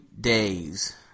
days